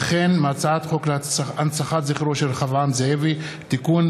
וכן מהצעת חוק להנצחת זכרו של רחבעם זאבי (תיקון,